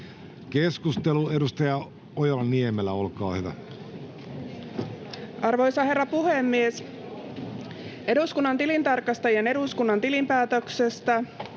Keskustelu, edustaja Ojala-Niemelä, olkaa hyvä. Arvoisa herra puhemies! Eduskunnan tilintarkastajien eduskunnan tilinpäätöksestä,